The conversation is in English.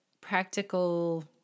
practical